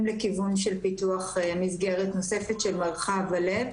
לכיוון של פיתוח מסגרת נוספת של מרחב הלב.